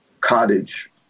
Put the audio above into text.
cottage